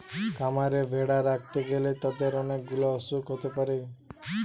খামারে ভেড়া রাখতে গ্যালে তাদের অনেক গুলা অসুখ হতে পারে